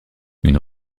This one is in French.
une